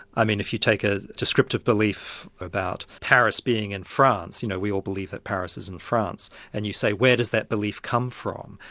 i mean, if you take a descriptive belief about paris being in france, you know we all believe that paris is in france and you say where does that belief come from?